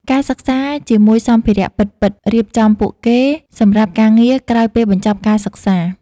ការសិក្សាជាមួយសម្ភារៈពិតៗរៀបចំពួកគេសម្រាប់ការងារក្រោយពេលបញ្ចប់ការសិក្សា។